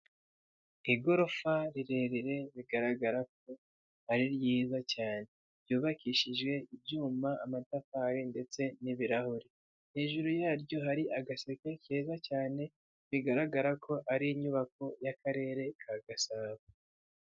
Igorofa rirerire bigaragara ko ari ryiza cyane ryubakishije ibyuma, amatafari ndetse n'ibirahure. Hejuru yaryo hari agaseke keza cyane bigaragara ko ari inyubako y'akarere ka Gasabo.